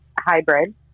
hybrid